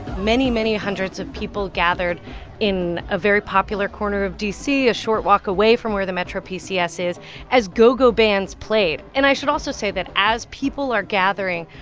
many, many hundreds of people gathered in a very popular corner of d c. a short walk away from where the metro pcs is as go-go bands played. and i should also say that as people are gathering,